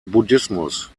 buddhismus